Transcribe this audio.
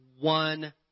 one